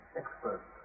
experts